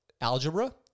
algebra